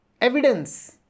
evidence